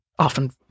often